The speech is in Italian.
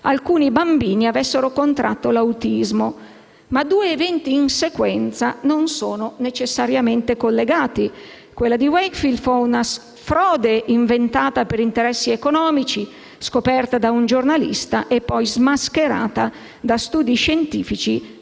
alcuni bambini avessero contratto l'autismo. Ma due eventi in sequenza non sono necessariamente collegati. Quella di Wakefield fu una frode inventata per interessi economici, scoperta da un giornalista e poi smascherata da studi scientifici